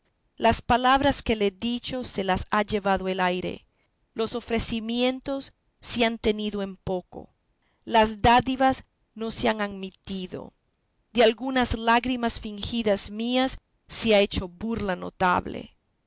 las palabras que le he dicho se las ha llevado el aire los ofrecimientos se han tenido en poco las dádivas no se han admitido de algunas lágrimas fingidas mías se ha hecho burla notable